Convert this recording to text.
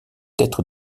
être